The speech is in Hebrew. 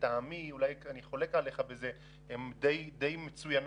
שלטעמי אני חולק עליך בזה הן די מצוינות